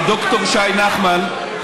ד"ר שי נחמן,